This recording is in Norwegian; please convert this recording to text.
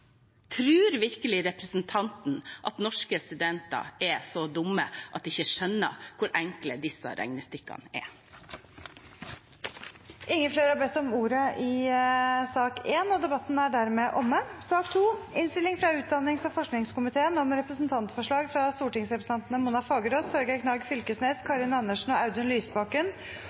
virkelig representanten at norske studenter er så dumme at de ikke skjønner hvor enkle disse regnestykkene er? Flere har ikke bedt om ordet til sak nr. 1. Etter ønske fra utdannings- og